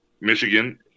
Michigan